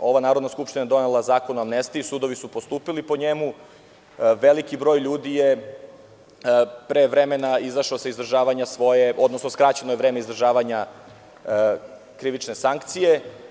Ova narodna skupština je donela Zakon o amnetstiji, sudovi su postupili po njemu, veliki broj ljudi je pre vremena izašao sa izdržavanja svoje, odnosno skraćeno je vreme izdržavanja krivične sankcije.